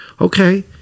okay